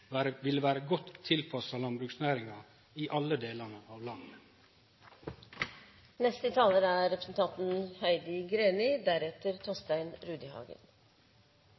vere godt tilpassa landbruksnæringa i alle delane av